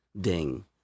Ding